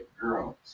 girls